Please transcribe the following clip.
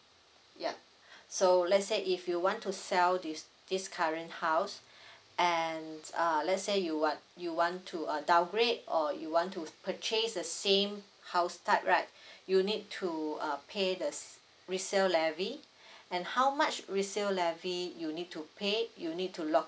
ya so let's say if you want to sell this this current house and uh let's say you want you want to uh downgrade or you want to purchase the same house type right you need to uh pay the s~ resale levy and how much resale levy you need to pay you need to log